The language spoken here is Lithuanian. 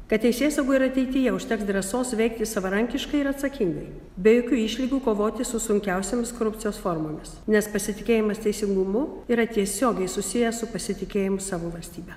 kad teisėsaugoje ir ateityje užteks drąsos veikti savarankiškai ir atsakingai be jokių išlygų kovoti su sunkiausiomis korupcijos formomis nes pasitikėjimas teisingumu yra tiesiogiai susijęs su pasitikėjimu savo valstybe